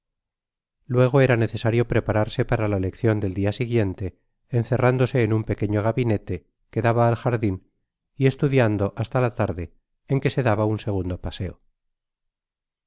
luego era necesario prepararse para la leccion del dia siguiente encerrándose en un pequeño gabinete que daba al jardin y estudiando hasta la larde en que se daba un segundo paseo